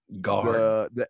Guard